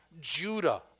Judah